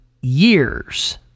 years